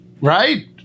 Right